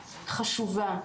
חשובה,